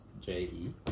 J-E